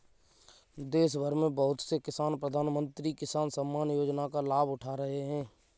देशभर में बहुत से किसान प्रधानमंत्री किसान सम्मान योजना का लाभ उठा रहे हैं